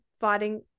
fighting